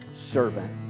servant